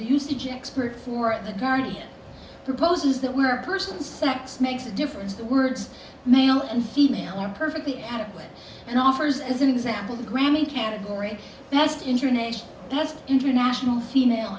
the usage expert for the guardian proposes that where a person sex makes a difference the words male and female are perfectly adequate and offers as an example granny category best internation best international female